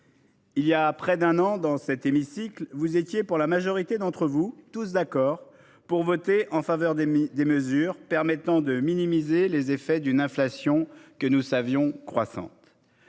il y a près d'un an, dans cet hémicycle, la majorité d'entre vous était d'accord pour voter des mesures tendant à minimiser les effets d'une inflation que nous savions croissante.